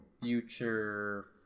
future